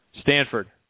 Stanford